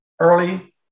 early